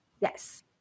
Yes